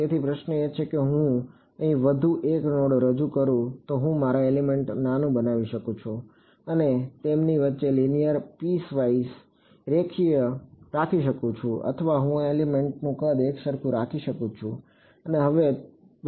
તેથી પ્રશ્ન એ છે કે જો હું અહીં વધુ એક નોડ રજૂ કરું તો હું મારા એલિમેન્ટને નાનું બનાવી શકું અને તેમની વચ્ચે લીનિયર પીસવાઇઝ રેખીય રાખી શકું અથવા હું એલિમેન્ટનું કદ એકસરખું રાખી શકું અને હવે વચ્ચે ક્વાડ્રેટિકનો ઉપયોગ કરી શકું